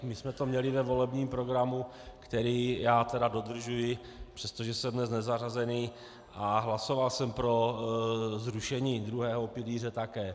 My jsme to měli ve volebním programu, který já tedy dodržuji, přestože jsem dnes nezařazený, a hlasoval jsem pro zrušení druhého pilíře také.